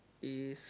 is